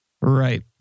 Right